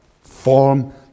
form